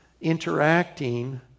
interacting